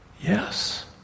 Yes